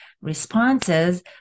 responses